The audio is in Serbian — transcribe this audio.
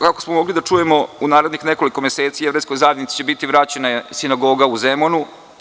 Kako smo mogli da čujemo u narednih nekoliko meseci, jevrejskoj zajednici će biti vraćana sinagoga u Zemunu.